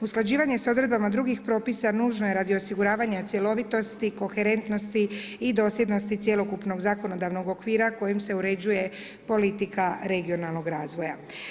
Usklađivanje sa odredbama drugih propisa nužno je radi osiguravanja cjelovitosti, koherentnosti i dosljednosti cjelokupnog zakonodavnog okvira kojim se uređuje politika regionalnog razvoja.